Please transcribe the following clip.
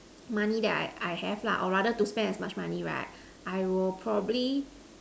money that I I have lah or rather to spend as much money right I will probably